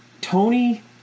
Tony